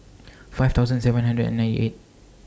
five thousand seven hundred and ninety eight